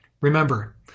Remember